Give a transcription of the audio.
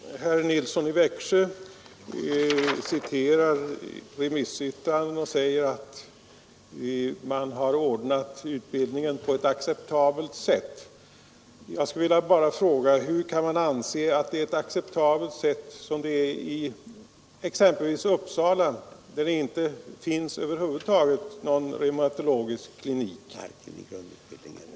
Fru talman! Herr Nilsson i Växjö citerar remissyttranden och säger att utbildningen har ordnats på ett acceptabelt sätt. Jag skulle bara vilja fråga: Hur kan man anse att det är acceptabelt ordnat exempelvis i Uppsala, där det över huvud taget inte finns någon reumatologisk klinik?